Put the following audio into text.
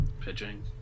pitching